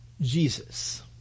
Jesus